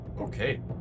Okay